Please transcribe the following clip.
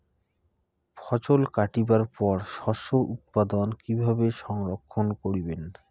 ফছল কাটিবার পর শস্য উৎপাদন কিভাবে সংরক্ষণ করিবেন?